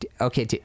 Okay